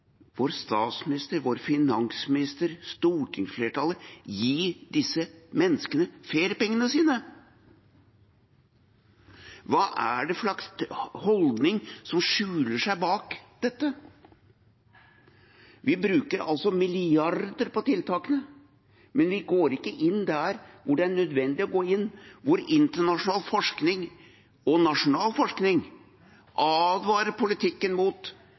vår statsminister, vår finansminister og stortingsflertallet gi disse menneskene feriepengene sine? Hva er det for slags holdning som skjuler seg bak dette? Vi bruker altså milliarder på tiltakene, men vi går ikke inn der hvor det er nødvendig å gå inn, hvor internasjonal forskning og nasjonal forskning advarer politikken mot